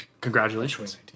Congratulations